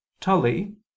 Tully